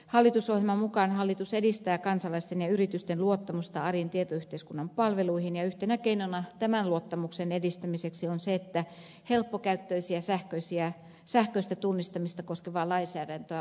hallitusohjelman mukaan hallitus edistää kansalaisten ja yritysten luottamusta arjen tietoyhteiskunnan palveluihin ja yhtenä keinona tämän luottamuksen edistämiseksi on se että helppokäyttöistä sähköistä tunnistamista koskevaa lainsäädäntöä uudistetaan